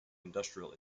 industrial